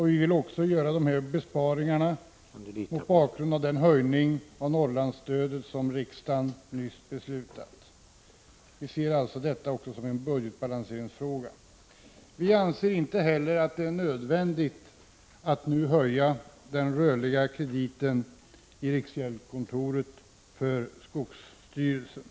Vi vill göra besparingarna mot bakgrund av den höjning av Norrlandsstödet som riksdagen nyligen beslutat om. Viser alltså detta också som en budgetbalanseringsfråga. Vi anser inte heller att det är nödvändigt att nu höja den rörliga krediten i riksgäldskontoret för skogsstyrelsen.